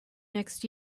next